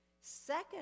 Second